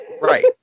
Right